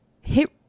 hit